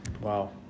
wow